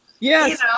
Yes